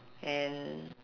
and